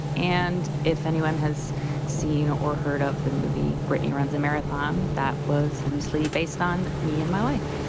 and if anyone has seen or heard of the movie, britney runs a marathon that was loosely based on me and my life.